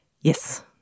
Yes